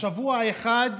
שבוע אחד,